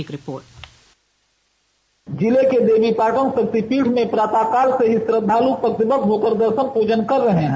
एक रिपोट जिले के देवीपाटन शक्तिपीठ में प्रातः काल से ही श्रद्धालु पंक्तिबद्ध होकर दर्शन पूजन कर रहे हैं